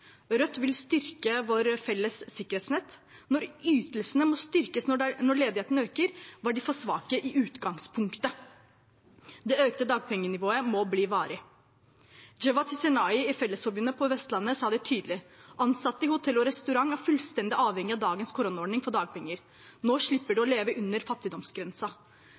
Rødt vil styrke vårt felles sikkerhetsnett. Når ytelsene må styrkes når ledigheten øker, var de for svake i utgangspunktet. Det økte dagpengenivået må bli varig. Djevat Hisenai i Fellesforbundet på Vestlandet sa det tydelig: «Ansatte i hotell og restaurant er fullstendig avhengig av dagens koronaordning for dagpenger. Nå slipper de å leve under fattigdomsgrensa.»